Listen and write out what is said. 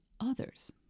others